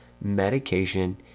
medication